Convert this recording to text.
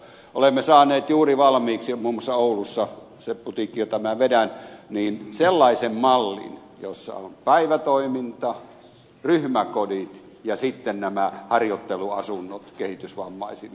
olemme saaneet juuri valmiiksi muun muassa oulussa siinä putiikissa jota minä vedän sellaisen mallin jossa on päivätoiminta ryhmäkodit ja sitten nämä harjoitteluasunnot kehitysvammaisille